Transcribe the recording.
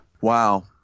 wow